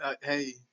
Hey